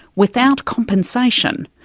without compensation,